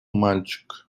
мальчик